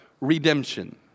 redemption